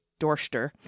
Dorster